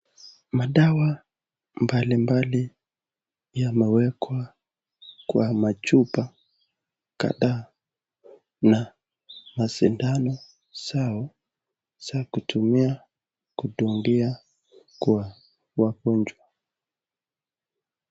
Madawa mbalimbali yamewekwa kwa machupa kadhaa na masindano zao za kutumia kudungia kwa mgonjwa.